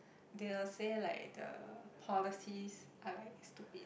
they will say like the policies are like stupid